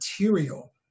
material